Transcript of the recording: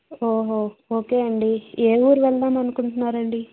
ఓహో ఓకే అండి ఏ ఊరు వెళ్దామనుకుంటున్నారండి